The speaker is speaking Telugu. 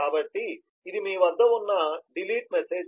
కాబట్టి ఇది మీ వద్ద ఉన్న డిలీట్ మెసేజ్